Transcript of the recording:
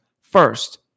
First